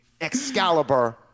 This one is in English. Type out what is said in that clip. Excalibur